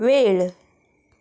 वेळ